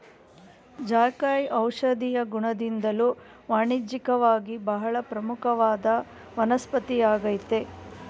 ಜಾಯಿಕಾಯಿ ಔಷಧೀಯ ಗುಣದಿಂದ್ದಲೂ ವಾಣಿಜ್ಯಿಕವಾಗಿ ಬಹಳ ಪ್ರಮುಖವಾದ ವನಸ್ಪತಿಯಾಗಯ್ತೆ